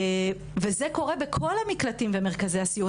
זה קורה בכל המקלטים ומרכזי הסיוע,